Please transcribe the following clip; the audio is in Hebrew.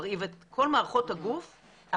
הוא מרעיב את כל מערכות הגוף החיוניות,